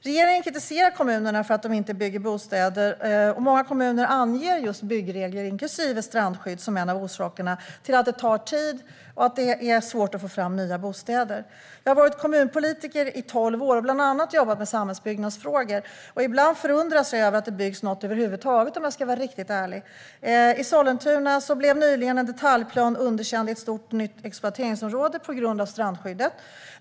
Regeringen kritiserar kommunerna för att de inte bygger bostäder, och många kommuner anger just byggregler inklusive strandskydd som en av orsakerna till att det tar tid och att det är svårt att få fram nya bostäder. Jag har varit kommunpolitiker i tolv år och bland annat jobbat med samhällsbyggnadsfrågor, och om jag ska vara riktigt ärlig förundras jag ibland över att det byggs något över huvud taget. I Sollentuna blev nyligen en detaljplan underkänd i ett stort, nytt exploateringsområde på grund av strandskyddet.